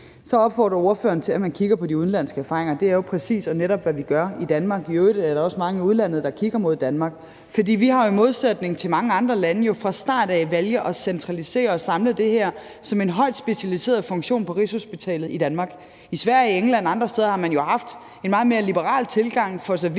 Så opfordrer ordføreren til, at man kigger på de udenlandske erfaringer. Det er jo præcis og netop, hvad vi gør i Danmark. I øvrigt er der også mange i udlandet, der kigger mod Danmark, for vi har i modsætning til mange andre lande jo fra start af valgt at centralisere og samle det her som en højt specialiseret funktion på Rigshospitalet i Danmark. I Sverige, England og andre steder har man haft en meget mere liberal tilgang, altså liberal